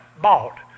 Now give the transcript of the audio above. bought